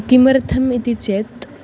किमर्थम् इति चेत्